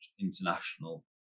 international